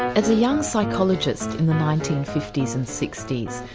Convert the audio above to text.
as a young psychologist in the nineteen fifty s and sixty s,